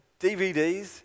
DVDs